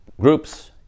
Groups